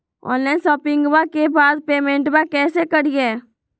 Online शोपिंग्बा के बाद पेमेंटबा कैसे करीय?